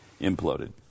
imploded